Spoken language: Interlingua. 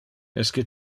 esque